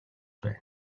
байна